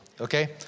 Okay